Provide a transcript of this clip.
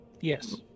Yes